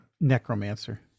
Necromancer